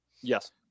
Yes